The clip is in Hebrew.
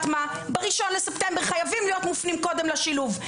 ב-1 בספטמבר חייבים להיות מופנים קודם לשילוב.